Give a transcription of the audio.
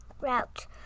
route